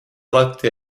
alati